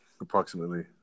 approximately